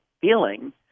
feeling